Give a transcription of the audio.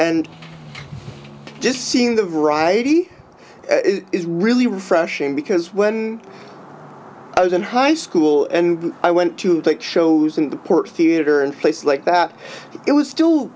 nd just seeing the variety is really refreshing because when i was in high school and i went to take shows in the port theatre and places like that it was still